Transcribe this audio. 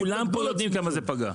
כולם פה יודעים כמה זה פגע.